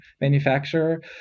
manufacturer